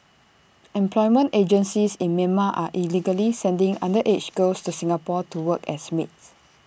employment agencies in Myanmar are illegally sending underage girls to Singapore to work as maids